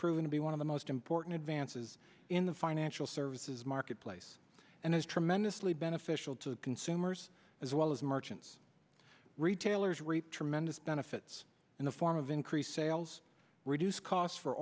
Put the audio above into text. proven to be one of the most important advances in the financial services marketplace and is tremendously beneficial to consumers as well as merchants retailers reap tremendous benefits in the form of increased sales reduce costs for